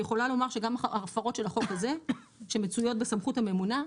יכולה לומר שגם הפרות של החוק הזה שמצויות בסמכות הממונה,